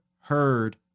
heard